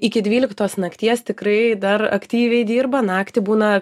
iki dvyliktos nakties tikrai dar aktyviai dirba naktį būna